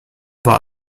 war